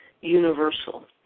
universal